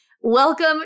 Welcome